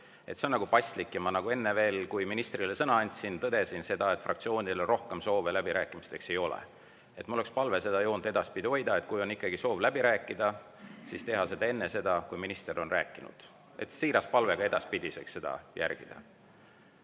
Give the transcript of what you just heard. See on paslik ja ma enne veel, kui ministrile sõna andsin, tõdesin, et fraktsioonidel rohkem soovi läbi rääkida ei ole. Mul on palve seda joont edaspidi hoida, et kui on ikkagi soov läbi rääkida, siis tehakse seda enne, kui minister on rääkinud. Siiras palve edaspidi seda järgida.